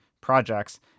projects